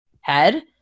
head